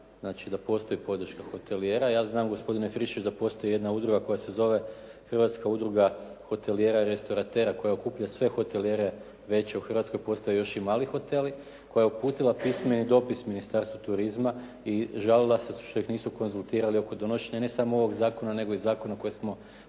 znači da postoji podrška hotelijera. Ja znam gospodine Friščiću da postoji jedna udruga koja se zove Hrvatska udruga hotelijera i restoratera, koja okuplja sve hotelijere veće u Hrvatskoj. Postoje još i mali hoteli koja je uputila pismo Ministarstvu turizma i žali se što ih nisu konzultirali oko donošenja ne samo ovog zakona, nego i zakona koji smo prije